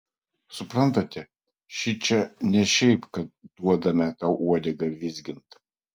suprantate šičia ne šiaip kad duodame tau uodegą vizgint